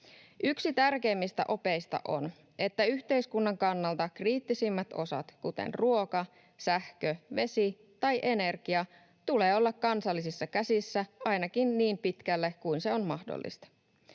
Yksi tärkeimmistä opeista on, että yhteiskunnan kannalta kriittisimpien osien, kuten ruoka, sähkö, vesi tai energia, tulee olla kansallisissa käsissä ainakin niin pitkälle kuin se on mahdollista.